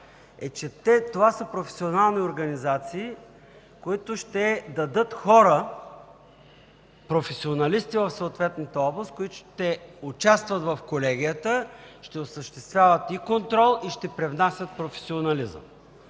е, че това са професионални организации, които ще дадат хора – професионалисти в съответната област, които ще участват в Колегията, ще осъществяват и контрол и ще привнасят професионализъм.